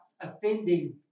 offending